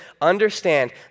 understand